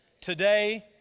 today